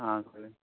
आं ओके